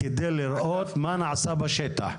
כדי לראות מה נעשה בשטח.